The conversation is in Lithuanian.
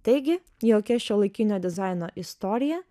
taigi jokia šiuolaikinio dizaino istorija